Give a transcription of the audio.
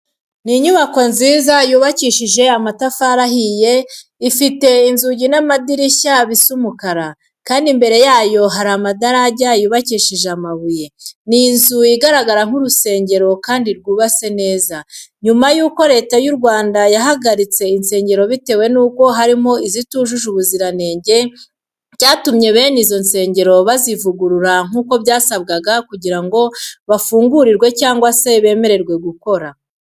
Ni inyubako nziza yubakishije amatafari ahiye, ifte inzugi n'amadirishya bisa umukara, kandi imbere yayo hari amadarajya yubakishije amabuye. Ni inzu igaragara nk'urusengero kandi rwubatswe neza. Nyuma yuko Leta y'u Rwanda yahagaritse insengero bitewe n'uko harimo izitujuje ubuziranenge, byatumye bene izo nsengero bazivugurura nk'uko byasabwaga kugira ngo bafungurirwe cyangwa se bemererwe gukora.